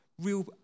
Real